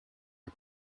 her